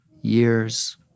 years